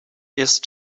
jest